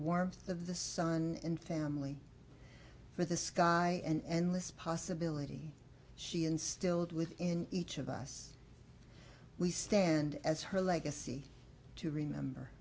warmth of the sun and family for the sky and less possibility she instilled within each of us we stand as her legacy to remember